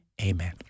Amen